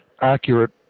accurate